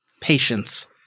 patience